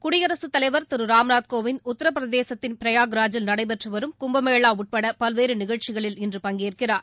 குடியரசுத் தலைவர் திரு ராம்நாத் கோவிந்த் உத்திரபிரதேசத்தின் ப்ரயாக்ராஜில் நடைபெற்று வரும் கும்பமேளா உட்பட பல்வேறு நிகழ்ச்சிகளில் இன்று பங்கேற்கிறார்